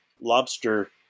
lobster